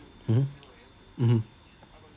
mmhmm mmhmm